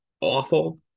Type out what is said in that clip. awful